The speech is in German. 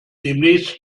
demnächst